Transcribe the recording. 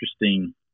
interesting